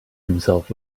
himself